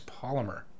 polymer